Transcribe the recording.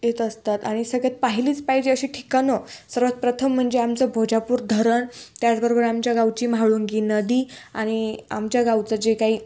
येत असतात आणि सगळ्यात पाहिलीच पाहिजे अशी ठिकाणं सर्वात प्रथम म्हणजे आमचं भोजापूर धरण त्याचबरोबर आमच्या गावची म्हाळुंगी नदी आणि आमच्या गावचं जे काही